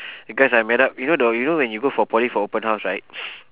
because I met up you know the you know when you go for poly for open house right